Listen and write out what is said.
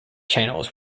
channels